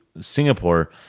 Singapore